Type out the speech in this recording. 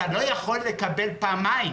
אתה לא יכול לקבל פעמיים.